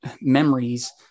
memories